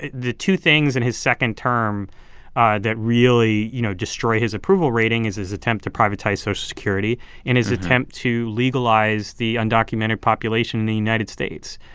the two things in his second term that really, you know, destroy his approval rating is his attempt to privatize social so security in his attempt to legalize the undocumented population in the united states.